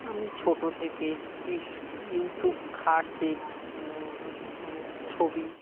আমি ছোটো থেকে ইস ইউসুফ খার্সের ছবি